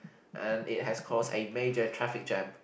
and it has caused a major traffic jam